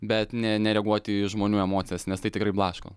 bet ne nereaguoti į žmonių emocijas nes tai tikrai blaško